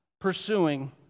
pursuing